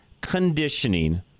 conditioning